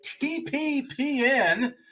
TPPN